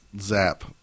zap